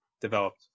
developed